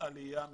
על העלייה מצרפת.